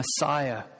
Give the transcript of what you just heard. Messiah